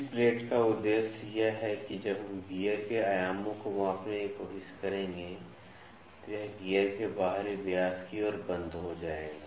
इस प्लेट का उद्देश्य यह है कि जब हम गियर के आयामों को मापने की कोशिश करेंगे तो यह गियर के बाहरी व्यास की ओर बन्द हो जाएगा